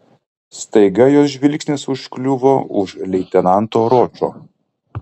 staiga jos žvilgsnis užkliuvo už leitenanto ročo